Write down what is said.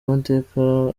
amateka